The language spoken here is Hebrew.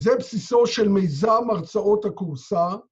זה בסיסו של מיזם הרצאות הכורסא.